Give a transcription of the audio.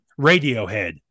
Radiohead